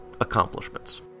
accomplishments